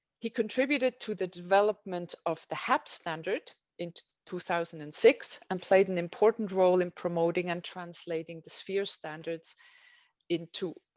he contributed to the development of the standard in two thousand and six and played an important role in promoting and translating the sphere standards into